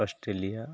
Australia